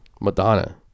Madonna